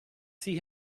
see